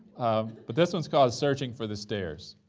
um but this one's called searching for the stairs,